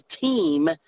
team